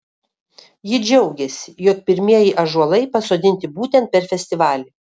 ji džiaugėsi jog pirmieji ąžuolai pasodinti būtent per festivalį